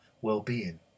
well-being